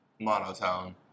monotone